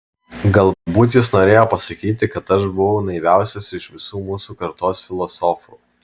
galbūt jis norėjo pasakyti kad aš buvau naiviausias iš visų mūsų kartos filosofų